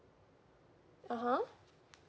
(uh huh)